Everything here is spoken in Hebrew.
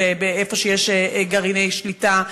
איפה שיש גרעיני שליטה,